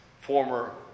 former